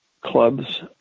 clubs